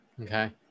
Okay